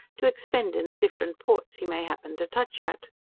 to expend in the different ports he may happen to touch at.